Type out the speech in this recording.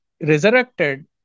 resurrected